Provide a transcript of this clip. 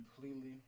completely